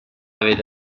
vede